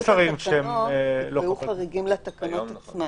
היו חריגים לתקנות עצמן.